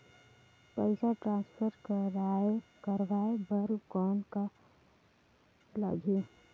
पइसा ट्रांसफर करवाय बर कौन का लगही?